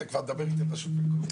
אתה כבר מדבר איתי על רשות מקומית.